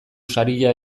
saria